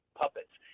puppets